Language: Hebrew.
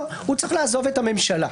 לא, הוא צריך לעזוב את הממשלה.